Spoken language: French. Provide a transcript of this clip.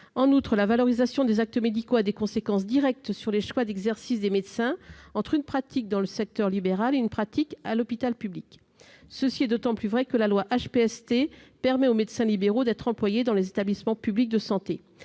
En outre, la valorisation des actes médicaux a des conséquences directes sur les choix d'exercice des médecins entre une pratique dans le secteur libéral et une pratique à l'hôpital public. Cela est d'autant plus vrai que la loi permet aux médecins libéraux d'être employés dans les établissements publics de santé.